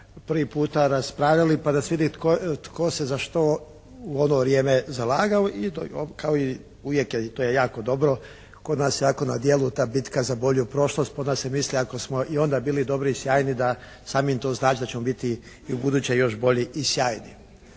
prvi puta raspravljali pa da se vidi tko se za što u ono vrijeme zalagao i to je, uvijek je i to je jako dobro. Kod nas je jako na djelu ta bitka za bolju prošlost, kod nas se misli ako smo i onda bili dobri i sjajni da samim to znači da ćemo biti i u buduće još bolji i sjajni.